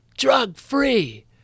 drug-free